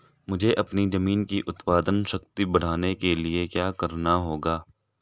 मुझे अपनी ज़मीन की उत्पादन शक्ति बढ़ाने के लिए क्या करना होगा?